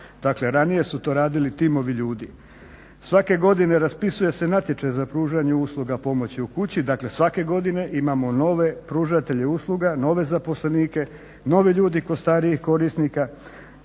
Dakle ranije su to radili timovi ljudi. Svake godine raspisuje se natječaj za pružanje usluga pomoći u kući, dakle svake godine imamo nove pružatelje usluga, nove zaposlenike, nove ljude kod starijih korisnika